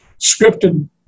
scripted